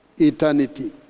eternity